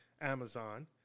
Amazon